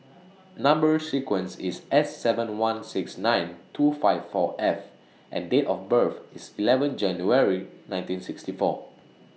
Number sequence IS S seven one six nine two five four F and Date of birth IS eleven January nineteen sixty four